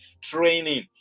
training